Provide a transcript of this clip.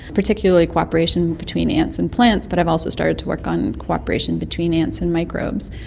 particularly cooperation between ants and plants, but i've also started to work on cooperation between ants and microbes.